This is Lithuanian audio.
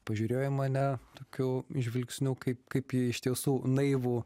pažiūrėjo į mane tokiu žvilgsniu kaip kaip ji iš tiesų naivų